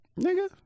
nigga